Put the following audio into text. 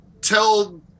tell